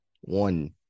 one